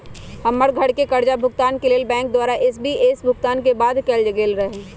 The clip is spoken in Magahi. हमर घरके करजा भूगतान के लेल बैंक द्वारा इ.सी.एस भुगतान के बाध्य कएल गेल रहै